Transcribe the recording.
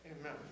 Amen